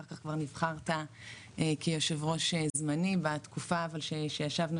אחר-כך כבר נבחרת כיושב-ראש זמני בתקופה שישבנו